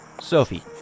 Sophie